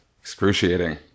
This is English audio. excruciating